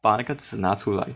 把那个纸拿出来